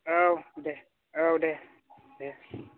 औ दे औ दे दे